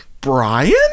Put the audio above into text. Brian